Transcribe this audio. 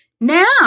now